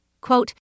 Quote